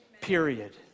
period